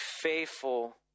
faithful